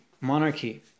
monarchy